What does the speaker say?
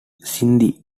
sindhi